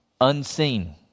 unseen